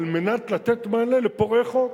על מנת לתת מענה לפורעי חוק.